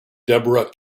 deborah